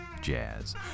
jazz